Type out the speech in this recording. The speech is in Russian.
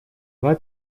два